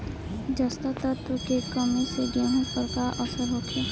जस्ता तत्व के कमी से गेंहू पर का असर होखे?